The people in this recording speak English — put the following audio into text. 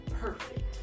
perfect